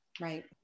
Right